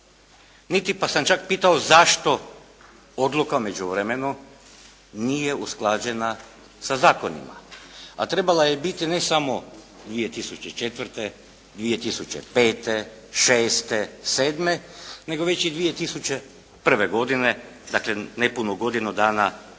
niti pa sam čak pitao zašto odluka u međuvremenu nije usklađena sa zakonima, a trebala je biti ne samo 2004., 2005., 2006., 2007., nego već i 2001. godine. Dakle, nepunu godinu dana nakon